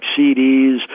CDs